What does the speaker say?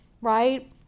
right